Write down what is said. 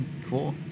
Four